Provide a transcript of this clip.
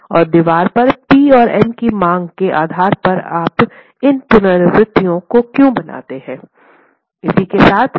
और दीवार पर पी और एम की मांग के आधार पर आप इन पुनरावृत्तियों को क्यों बनाते हैं